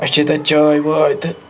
اَسہِ چیٚۍ تَتہِ چاے واے تہٕ